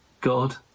God